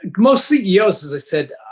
most ceos, as i said,